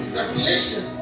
revelation